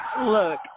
Look